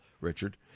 Richard